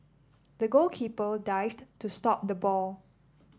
the goalkeeper dived to stop the ball